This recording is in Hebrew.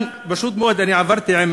יש כאן, פשוט מאוד, אני עברתי עם